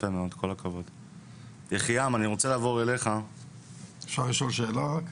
אפשר לשאול שאלה?